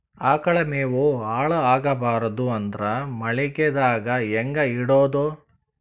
ಆಕಳ ಮೆವೊ ಹಾಳ ಆಗಬಾರದು ಅಂದ್ರ ಮಳಿಗೆದಾಗ ಹೆಂಗ ಇಡೊದೊ?